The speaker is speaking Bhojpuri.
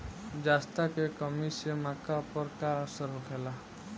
जस्ता के कमी से मक्का पर का असर होखेला?